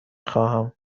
خواهم